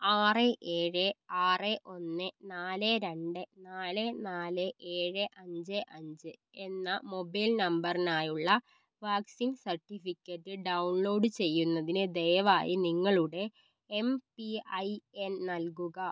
ആറ് ഏഴ് ആറ് ഒന്ന് നാല് രണ്ട് നാല് നാല് ഏഴ് അഞ്ച് അഞ്ച് എന്ന മൊബൈൽ നമ്പറിനായുള്ള വാക്സിൻ സർട്ടിഫിക്കറ്റ് ഡൗൺലോഡ് ചെയ്യുന്നതിന് ദയവായി നിങ്ങളുടെ എം പി ഐ എൻ നൽകുക